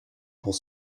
pour